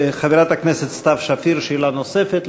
חברת הכנסת סתיו שפיר, שאלה נוספת.